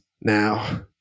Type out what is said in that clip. now